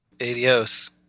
Adios